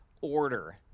order